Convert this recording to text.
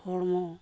ᱦᱚᱲᱢᱚ